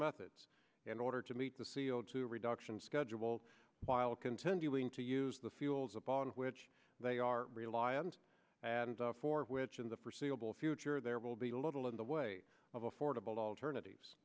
methods in order to meet the c o two reductions scheduled while continuing to use the fuels upon which they are reliant and for which in the forseeable future there will be little in the way of affordable alternatives